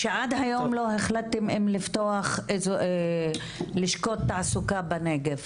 שעד היום לא החלטתם אם לפתוח לשכות תעסוקה בנגב.